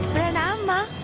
and